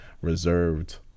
reserved